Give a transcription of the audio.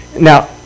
Now